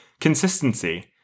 consistency